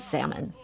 Salmon